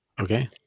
Okay